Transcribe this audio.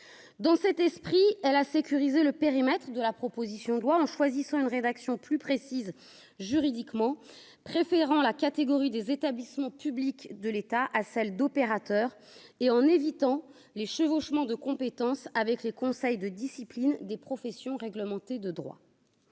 dans cet esprit, elle a sécurisé le périmètre de la proposition de loi en choisissant une rédaction plus précise, juridiquement, préférant la catégorie des établissements publics de l'État à celle d'opérateur et en évitant les chevauchements de compétences avec les conseils de discipline des professions réglementées, de droit,